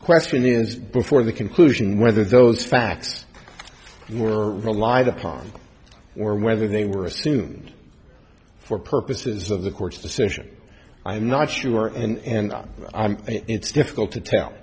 question is before the conclusion whether those facts were relied upon or whether they were assume for purposes of the court's decision i'm not sure and it's difficult to tell